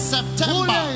September